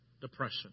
depression